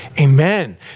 Amen